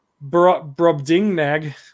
Brobdingnag